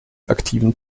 aktiven